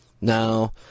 Now